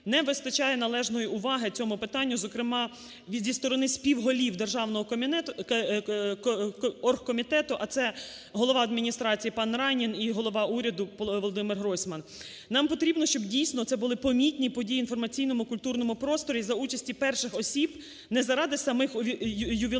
не вистачає належної уваги цьому питанню, зокрема, зі сторони співголів державного оргкомітету, а це голова Адміністрації пан Райнін і голова уряду Володимир Гройсман. Нам потрібно, щоб дійсно це були помітні події в інформаційному, культурному просторі за участі перших осіб, не заради самих ювілеїв,